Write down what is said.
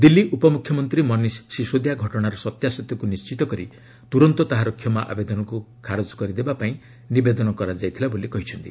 ଦିଲ୍ଲୀ ଉପମୁଖ୍ୟମନ୍ତ୍ରୀ ମନୀଶ ସିସୋଦିଆ ଘଟଣାର ସତ୍ୟାସତ୍ୟକୁ ନିଣ୍ଚିତ କରି ତୁରନ୍ତ ତାହାର କ୍ଷମା ଆବେଦନକୁ ଖାରଜ କରିବାକୁ ନିବେଦନ କରାଯାଇଥିଲା ବୋଲି କହିଛନ୍ତି